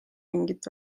mingit